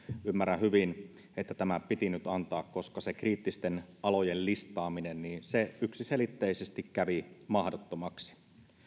ymmärrän hyvin että tämä piti nyt antaa koska se kriittisten alojen listaaminen yksiselitteisesti kävi mahdottomaksi